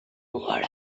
what